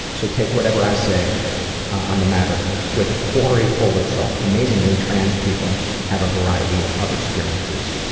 so take whatever i say on the matter with a quarry full of salt. amazingly, trans people have a variety of experiences,